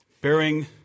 Bearing